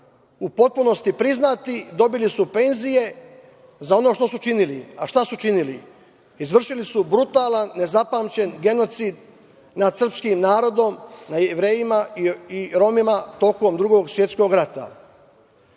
u potpunosti priznati. Dobili su penzije za ono što su činili. Šta su činili? Izvršili su brutalan nezapamćen genocid nad srpskim narodom, nad Jevrejima i Romima tokom Drugog svetskog rata. Prema